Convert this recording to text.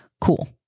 Cool